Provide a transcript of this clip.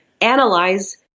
analyze